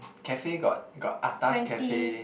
cafe got got atas cafe